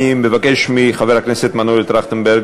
אני מבקש מחבר הכנסת מנואל טרכטנברג,